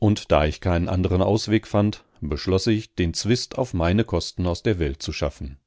und da ich keinen andern ausweg fand beschloß ich den zwist auf meine kosten aus der welt zu schaffen